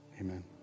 Amen